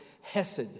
hesed